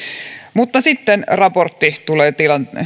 mutta sitten raportti tulee